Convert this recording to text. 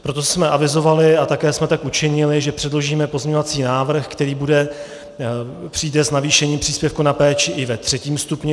Proto jsme avizovali, a také jsme tak učinili, že předložíme pozměňovací návrh, který přijde s navýšením příspěvku na péči i ve třetím stupni.